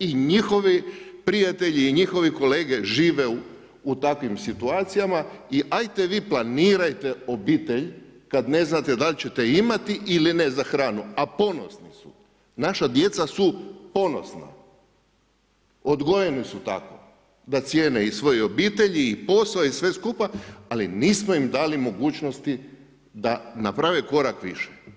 I njihovi prijatelji i njihovi kolege žive u takvim situacijama i ajte vi planirajte obitelj kad ne znate dal ćete imati ili ne za hranu, a ponosni su, naša djeca su ponosna, odgojena su tako da cijene i svoje obitelji i posao i sve skupa, ali nismo im dali mogućnosti da naprave korak više.